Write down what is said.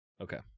Okay